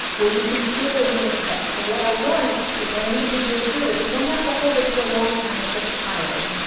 where you can feel it in your chest so what i want is for when individuals do this you don't have to hold it for a long time, it gets tiring.